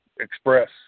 express